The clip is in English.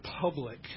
public